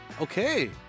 Okay